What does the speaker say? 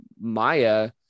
maya